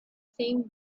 same